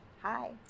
Hi